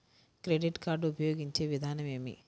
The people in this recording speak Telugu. క్రెడిట్ కార్డు ఉపయోగించే విధానం ఏమి?